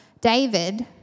David